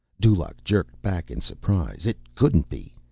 dulaq jerked back in surprise. it couldn't be.